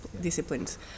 disciplines